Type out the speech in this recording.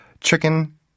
chicken